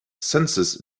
census